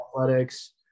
athletics